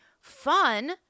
fun